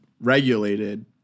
regulated